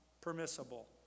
permissible